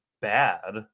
bad